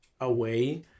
away